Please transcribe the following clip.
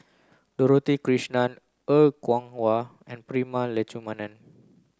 Dorothy Krishnan Er Kwong Wah and Prema Letchumanan